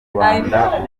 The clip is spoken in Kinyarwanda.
rwanda